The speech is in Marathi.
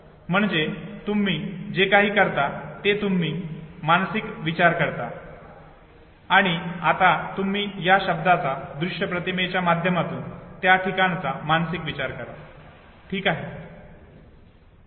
म्हणजे तुम्ही जे सर्व काही करता ते म्हणजे तुम्ही मानसिक विचार करता आणि आता तुम्ही या शब्दाच्या दृश्य प्रतिमेच्या माध्यमातून त्या ठिकाणाचा मानसिक विचार करा ठीक आहे